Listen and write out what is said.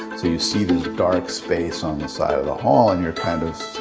you you see this dark space on the side of the hall and you're kind of